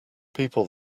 people